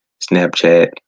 Snapchat